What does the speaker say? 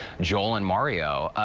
joel and mario,